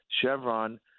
Chevron